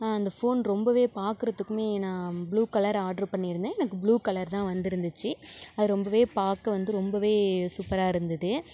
அந்த ஃபோன் ரொம்பவே பார்க்குறதுக்குமே நான் ப்ளூ கலர் ஆர்டர் பண்ணிருந்தேன் எனக்கு ப்ளூ கலர் தான் வந்துருந்துச்சு அது ரொம்பவே பார்க்க வந்து ரொம்பவே சூப்பராக இருந்தது